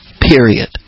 period